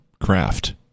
craft